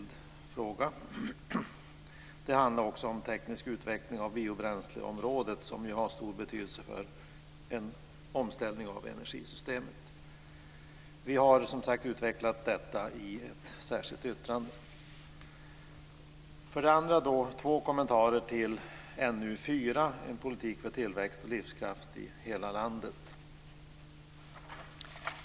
Det handlar också om teknisk utveckling av biobränsleområdet, som har stor betydelse för omställningen av energisystemet. Vi har som sagt utvecklat detta i ett särskilt yttrande. Jag har två kommentarer till NU4, En politik för tillväxt och livskraft i hela landet.